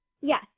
Yes